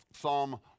Psalm